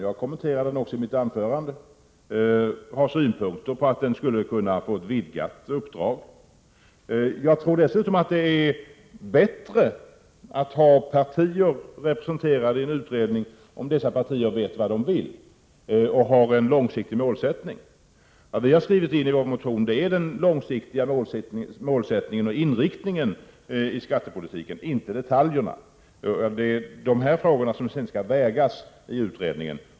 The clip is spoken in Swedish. Jag kommenterade frågan också i mitt tidigare anförande, och jag tycker att utredningen skulle kunna få ett vidgat uppdrag. Jag tror dessutom att det är bättre att ha partier representerade i en utredning, om dessa partier vet vad de vill och har en långsiktig målsättning. Vi har redovisat i våra motioner den långsiktiga målsättningen och inriktningen i skattepolitiken, inte detaljerna. Dessa skall sedan vägas av utredningen.